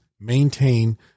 maintain